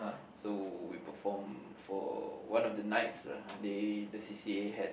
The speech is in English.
so we perform for one of the nights uh they the c_c_a had